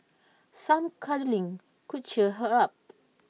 some cuddling could cheer her up